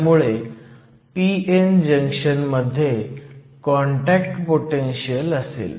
त्यामुळे p n junction मध्ये contact potential असेल